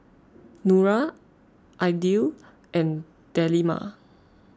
Nura Aidil and Delima